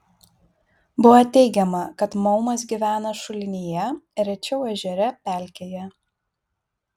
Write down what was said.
buvo teigiama kad maumas gyvena šulinyje rečiau ežere pelkėje